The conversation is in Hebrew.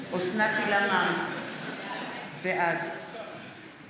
אוסנת הילה מארק, בעד